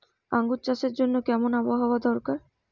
আঙ্গুর চাষের জন্য কেমন আবহাওয়া দরকার?